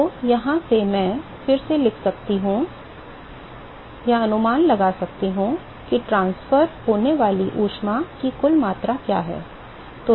तो यहां से मैं फिर से लिख सकताअनुमान लगा सकता हूं कि स्थानांतरित होने वाली ऊष्मा की कुल मात्रा क्या है